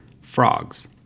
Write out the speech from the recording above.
frogs